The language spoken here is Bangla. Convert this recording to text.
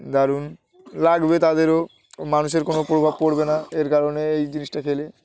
দারুন লাগবে তাদেরও মানুষের কোনো প্রভাব পড়বে না এর কারণে এই জিনিসটা খেলে